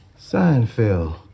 Seinfeld